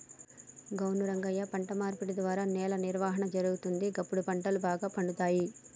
అవును రంగయ్య పంట మార్పు ద్వారా నేల నిర్వహణ జరుగుతుంది, గప్పుడు పంటలు బాగా పండుతాయి